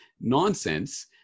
nonsense